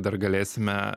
dar galėsime